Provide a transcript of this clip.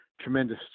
tremendous